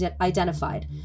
identified